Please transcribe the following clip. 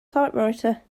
typewriter